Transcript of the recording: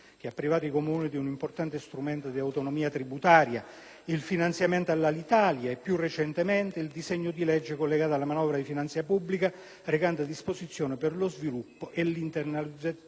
che ha privato i Comuni di un importante strumento di autonomia tributaria, del finanziamento all'Alitalia e, più recentemente, del disegno di legge collegato alla manovra di finanza pubblica, recante disposizioni per lo sviluppo e l'internazionalizzazione